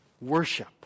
worship